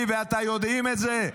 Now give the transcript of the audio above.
אני ואתה יודעים את זה.